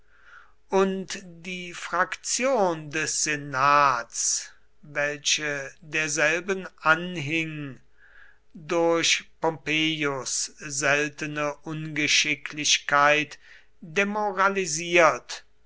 und die fraktion des senats welche derselben anhing durch pompeius seltene ungeschicklichkeit demoralisiert